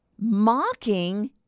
mocking